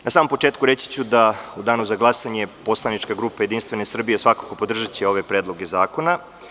Na samom početku, reći ću da u danu za glasanje poslanička grupa JS svakako podržaće ove predloge zakona.